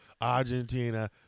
Argentina